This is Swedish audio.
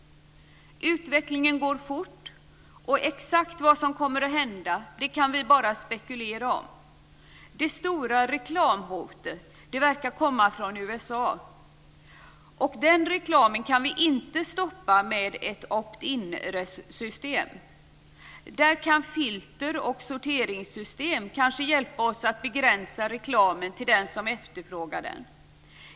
Utvecklingen går fort, och exakt vad som kommer att hända kan vi bara spekulera om. Det stora "reklamhotet" verkar komma från USA. Den reklamen kan vi inte stoppa med ett opt-in-system. Där kan filter och sorteringssystem kanske hjälpa oss att begränsa reklamen till den som efterfrågar den.